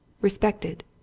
respected